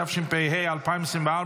התשפ"ה 2024,